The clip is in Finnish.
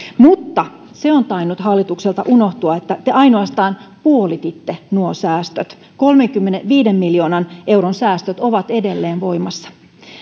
mutta se on tainnut hallitukselta unohtua että te ainoastaan puolititte nuo säästöt kolmenkymmenenviiden miljoonan euron säästöt ovat edelleen voimassa